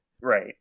right